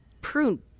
prune